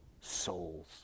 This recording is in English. souls